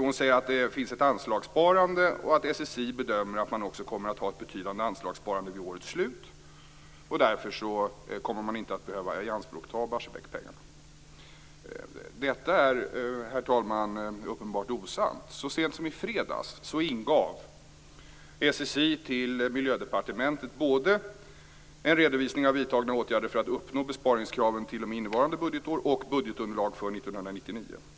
Hon säger att det finns ett anslagssparande, att SSI bedömer att man också kommer att ha ett betydande anslagssparande vid årets slut och att man därför inte kommer att behöva ianspråkta Barsebäckspengarna. Detta är, herr talman, uppenbart osant! Så sent som i fredags ingav SSI till Miljödepartementet både en redovisning av vidtagna åtgärder för att uppnå besparingskraven t.o.m. innevarande budgetår och budgetunderlag för 1999.